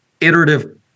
iterative